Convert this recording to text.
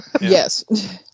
yes